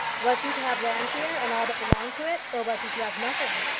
was he to have llanfeare and all that belonged to it, or was he to have nothing?